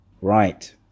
Right